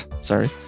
sorry